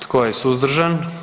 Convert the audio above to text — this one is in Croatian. Tko je suzdržan?